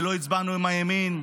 ולא הצבענו עם הימין,